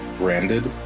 branded